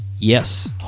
Yes